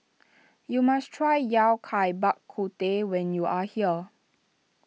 you must try Yao Cai Bak Kut Teh when you are here